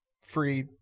free